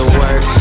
work